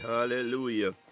Hallelujah